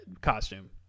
costume